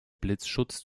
blitzschutz